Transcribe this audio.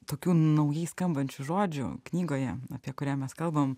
tokių naujai skambančių žodžių knygoje apie kurią mes kalbam